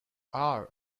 are